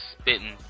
spitting